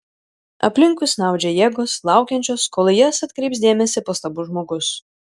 aplinkui snaudžia jėgos laukiančios kol į jas atkreips dėmesį pastabus žmogus